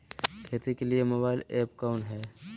खेती के लिए मोबाइल ऐप कौन है?